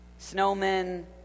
snowmen